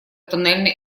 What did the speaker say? тоннельный